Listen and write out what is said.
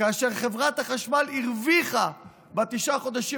כאשר חברת החשמל הרוויחה בתשעת החודשים